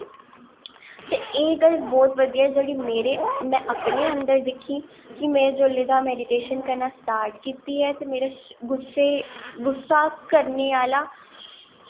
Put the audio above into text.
ते एह् गल्ल बहोत बधिया ऐ जेह्ड़ी मेरे में अपने अन्दर दिक्खी कि में जोल्लै दा मेडिटेशन करना स्टार्ट कीती ऐ ते मेरा गुस्से गुस्सा करने आह्ला